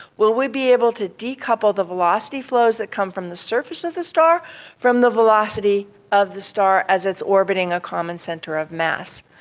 will we be able to decouple the velocity flows that come from the surface of the star from the velocity of the star as it's orbiting a common centre of mass.